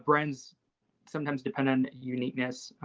brands sometimes depend on uniqueness,